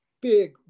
big